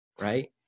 right